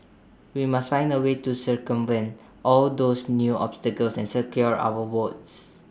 we must find A way to circumvent all those new obstacles and secure our votes